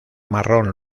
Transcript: marrón